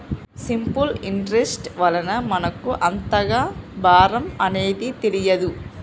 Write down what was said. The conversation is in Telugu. సింపుల్ ఇంటరెస్ట్ వలన మనకు అంతగా భారం అనేది తెలియదు